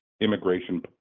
immigration